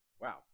Wow